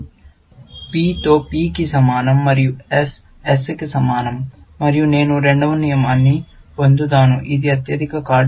P తో P కి సమానం మరియు S కి S కి సమానం మరియు నేను రెండవ నియమాన్ని పొందుతాను ఇది అత్యధిక కార్డు